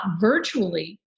virtually